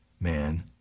man